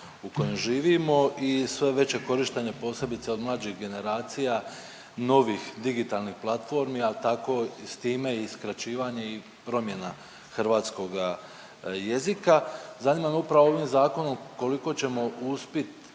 u kojem živimo i sve veće korištenje posebice od mlađih generacija novih digitalnih platformi, a tako i s time i skraćivanje i promjena hrvatskoga jezika. Zanima me upravo ovim zakonom koliko ćemo uspit